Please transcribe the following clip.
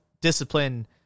discipline